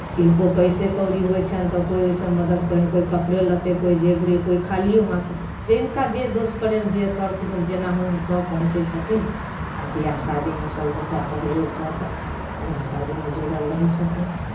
किनको पैसे कौड़ी होइ छनि तऽ कोइ ओहिसँ मदद कहिओ कोइ कपड़े लत्ते कोइ जेवरे कोइ खालियो हाथ जिनका जे दोस प्रेम जे कर कुटुम जेना होइ हन सभ पहुँचै छथिन आ बियाह शादीमे सभगोटा सहयोग कऽ कऽ बियाह शादीमे जुड़ल रहै छथिन